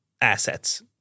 assets